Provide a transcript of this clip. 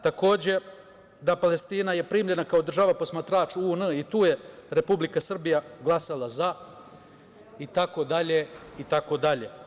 Takođe, da je Palestina primljena kao država posmatrač u UN i tu je Republika Srbija glasala za, itd, itd.